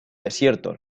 desierto